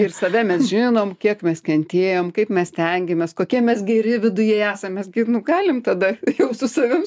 ir save mes žinom kiek mes kentėjom kaip mes stengiamės kokie mes geri viduje esam mes gi galim tada jau su savim